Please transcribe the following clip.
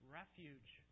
refuge